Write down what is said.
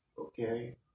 okay